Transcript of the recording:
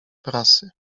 prasy